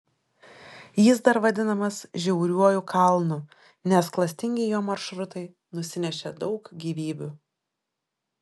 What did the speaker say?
jis dar vadinamas žiauriuoju kalnu nes klastingi jo maršrutai nusinešė daug gyvybių